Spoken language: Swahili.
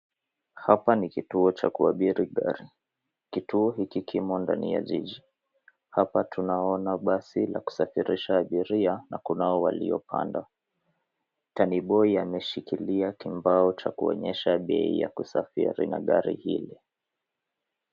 Hapa ni kituo cha kuabiri gari. Kituo hiki kimo ndani ya jiji. Hapa tunaona basi la kusafirisha abiria na kunao waliyopanda. tandiboi ameshikilia kimbao cha kuonyesha bei ya kusafiri ya gari hili.